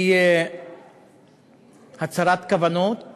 הצהרת כוונות